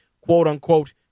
quote-unquote